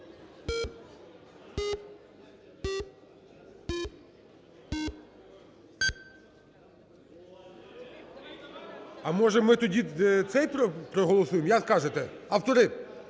А, може, ми тоді цей проголосуємо? Як скажете, автори?